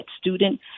student